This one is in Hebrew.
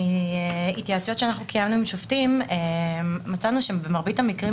מהתייעצויות שאנחנו קיימנו עם שופטים מצאנו שבמרבית המקרים